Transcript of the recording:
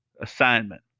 assignment